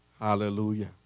Hallelujah